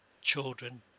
children